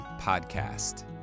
Podcast